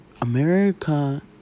america